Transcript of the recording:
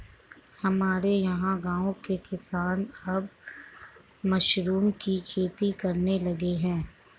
हमारे यहां गांवों के किसान अब मशरूम की खेती करने लगे हैं